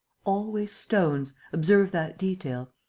always stones observe that detail.